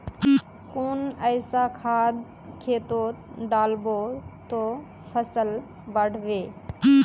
कुन ऐसा खाद खेतोत डालबो ते फसल बढ़बे?